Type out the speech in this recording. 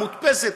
המודפסת,